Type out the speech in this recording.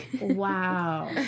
wow